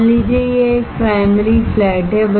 मान लीजिए यह एक प्राइमरी फ्लैट है